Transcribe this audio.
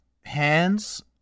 hands